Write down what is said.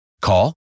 Call